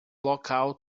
local